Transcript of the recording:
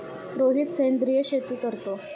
रोहित सेंद्रिय शेती करतो